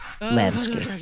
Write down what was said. landscape